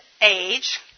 age